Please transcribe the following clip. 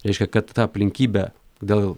reiškia kad ta aplinkybė dėl